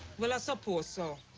well, i suppose so.